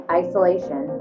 isolation